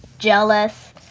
jealous,